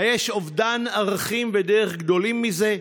היש אובדן ערכים ודרך גדול מזה?